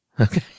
Okay